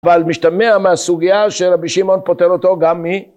ועל משתמע מהסוגיה שרבי שמעון פותר אותו גם מי.